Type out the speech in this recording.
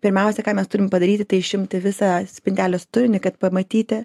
pirmiausia ką mes turim padaryti tai išimti visą spintelės turinį kad pamatyti